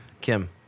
Kim